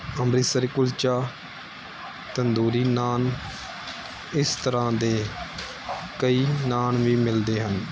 ਅੰਮ੍ਰਿਤਸਰੀ ਕੁਲਚਾ ਤੰਦੂਰੀ ਨਾਨ ਇਸ ਤਰ੍ਹਾਂ ਦੇ ਕਈ ਨਾਨ ਵੀ ਮਿਲਦੇ ਹਨ